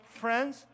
friends